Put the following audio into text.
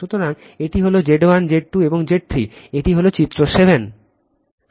সুতরাং এটি হল Z1 Z2 এবং Z 3 এটি হল চিত্র 7